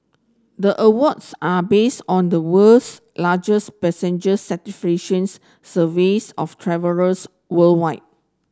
the awards are based on the world's largest passenger surveys of travellers worldwide